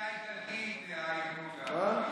איימן עודה בשביתה איטלקית.